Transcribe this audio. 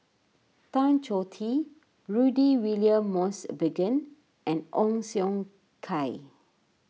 Tan Choh Tee Rudy William Mosbergen and Ong Siong Kai